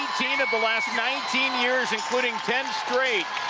eighteen of the last nineteen years including ten straight.